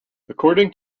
according